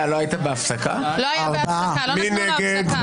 מי נגד?